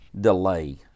delay